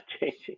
changing